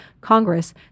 Congress